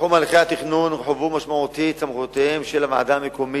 בתחום הליכי התכנון הורחבו משמעותית סמכויותיהן של הוועדות המקומיות,